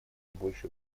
больше